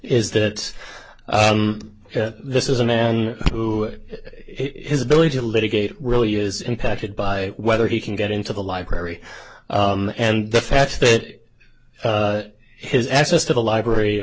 is that this is a man who his ability to litigate really is impacted by whether he can get into the library and the fact that his access to the library